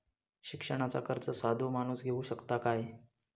शिक्षणाचा कर्ज साधो माणूस घेऊ शकता काय?